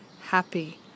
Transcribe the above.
happy